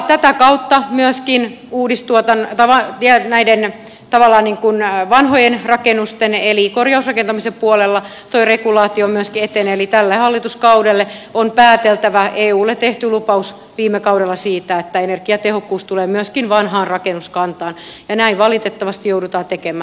tätä kautta myöskin näiden tavallaan vanhojen rakennusten eli korjausrakentamisen puolella tuo regulaatio myöskin etenee eli tällä hallituskaudella on päätettävä eulle viime kaudella tehty lupaus siitä että energiatehokkuus tulee myöskin vanhaan rakennuskantaan ja näin valitettavasti joudutaan tekemään